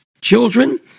children